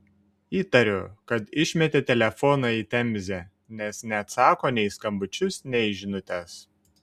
įtariu kad išmetė telefoną į temzę nes neatsako nei į skambučius nei į žinutes